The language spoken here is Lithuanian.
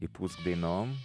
įpūsk dainom